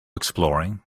exploring